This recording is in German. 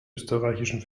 österreichischen